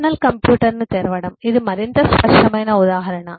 personal కంప్యూటర్ను తెరవడం ఇది మరింత స్పష్టమైన ఉదాహరణ